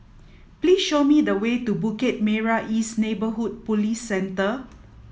please show me the way to Bukit Merah East Neighbourhood Police Centre